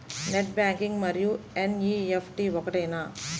Net banking మరియు NEFT ఒకటేనా?